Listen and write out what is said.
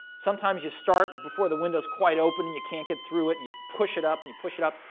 sometimes you start before the window is quite open. and you can't get through it. and you push it up. and you push it up.